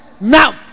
now